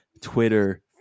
Twitter